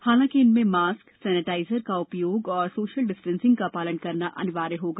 हालांकि इनमें mask sanitiser का उपयोग और सोशल डिस्टेंसिंग का पालन करना होगा